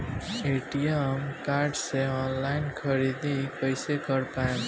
ATM card से online ख़रीदारी कइसे कर पाएम?